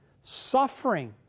suffering